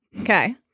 Okay